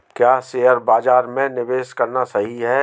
क्या शेयर बाज़ार में निवेश करना सही है?